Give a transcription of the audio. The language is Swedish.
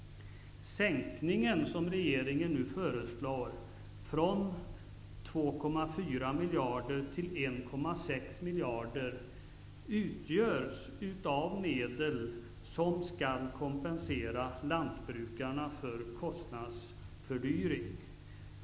Sänkningen från 2,4 miljarder till 1,6 miljarder, som regeringen nu föreslår, utgörs av medel som skall kompensera lantbrukarna för kostnadsfördyring.